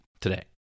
today